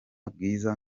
bwiza